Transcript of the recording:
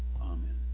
Amen